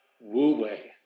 wu-wei